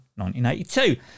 1982